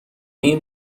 این